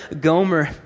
Gomer